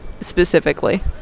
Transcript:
specifically